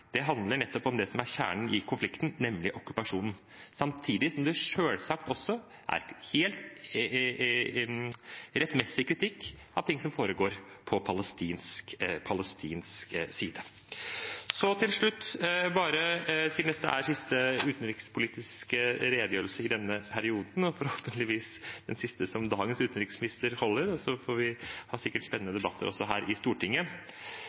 handler om det som er kjernen i konflikten, nemlig okkupasjonen, samtidig som det også selvsagt er helt rettmessig kritikk av ting som foregår på palestinsk side. Så til slutt: Siden dette er siste utenrikspolitiske redegjørelse i denne perioden, og forhåpentligvis den siste dagens utenriksminister holder – men vi skal sikkert ha spennende debatter her i Stortinget